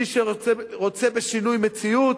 מי שרוצה בשינוי מציאות,